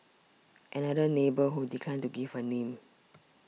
another neighbour who declined to give her name